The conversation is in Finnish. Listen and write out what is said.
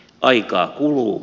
aikaa kuluu